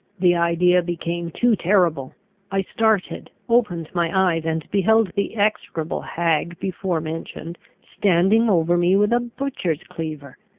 the idea became too terrible i started, opened my eyes, and beheld the execrable hag before mentioned standing over me with a butcher's cleaver.